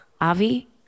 Avi